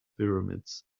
pyramids